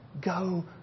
go